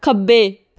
ਖੱਬੇ